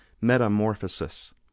metamorphosis